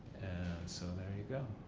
so there you go.